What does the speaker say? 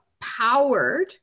powered